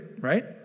right